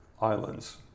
Islands